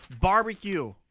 Barbecue